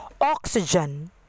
oxygen